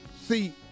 See